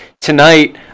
tonight